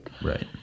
Right